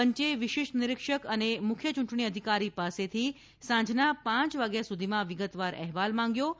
પંચે વિશેષ નિરીક્ષક અને મુખ્ય યૂંટણી અધિકારી પાસેથી સાંજના પાંચ વાગ્યા સુધી વિગતવાર અહેવાલ માંગ્યો છે